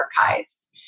archives